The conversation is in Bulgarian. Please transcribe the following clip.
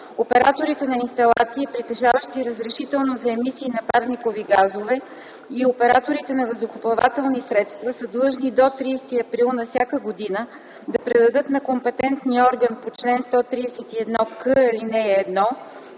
Операторите на инсталации, притежаващи разрешително за емисии на парникови газове, и операторите на въздухоплавателни средства са длъжни до 30 април на всяка година да предадат на компетентния орган по чл. 131к, ал. 1